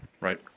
Right